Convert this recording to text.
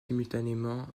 simultanément